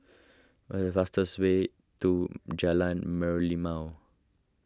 what is the fastest way to Jalan Merlimau